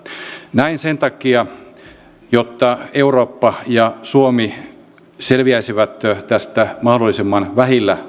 näin sen takia jotta eurooppa ja suomi selviäisivät tästä mahdollisimman vähillä